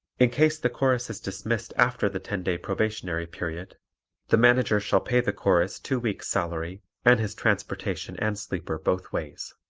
in case the chorus is dismissed after the ten day probationary period the manager shall pay the chorus two weeks' salary and his transportation and sleeper both ways.